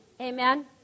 amen